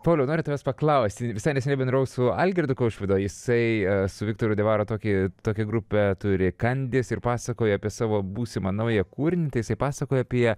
pauliau noriu tavęs paklausti visai neseniai bendravau su algirdu kaušpėdu jisai su viktoru diavara tokį tokią grupę turi kandis ir pasakoja apie savo būsimą naują kūrinį tai jisai pasakoja apie